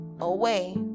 away